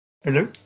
Hello